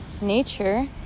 nature